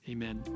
Amen